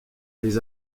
les